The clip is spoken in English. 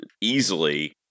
easily